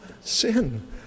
sin